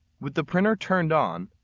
with the printer turned on,